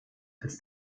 als